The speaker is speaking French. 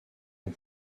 ont